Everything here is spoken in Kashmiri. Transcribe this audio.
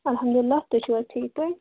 اَلحمداللہ تُہۍ چھُو حظ ٹھیٖک پٲٹھۍ